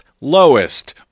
lowest